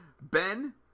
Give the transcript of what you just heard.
Ben